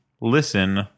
listen